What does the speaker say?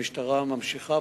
המשטרה ממשיכה,